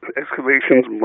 excavations